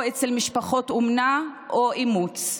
או אצל משפחות אומנה או באימוץ.